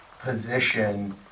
position